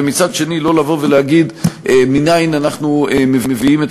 ומצד שני לא להגיד מנין אנחנו מביאים את